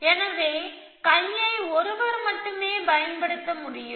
எனவே கையை ஒருவர் மட்டுமே பயன்படுத்த முடியும்